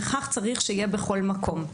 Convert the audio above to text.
וכך צריך שיהיה בכל מקום.